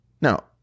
Now